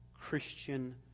Christian